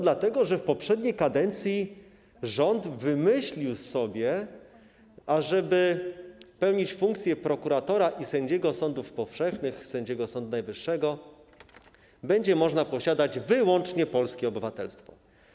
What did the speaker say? Dlatego, że w poprzedniej kadencji rząd wymyślił sobie, że żeby pełnić funkcję prokuratora i sędziego sądów powszechnych oraz sędziego Sądu Najwyższego będzie trzeba posiadać wyłącznie polskie obywatelstwo.